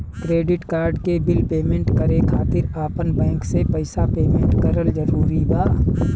Credit card के bill payment करे खातिर आपन बैंक से पईसा पेमेंट करल जरूरी बा?